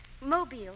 Mobile